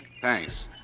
Thanks